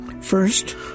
First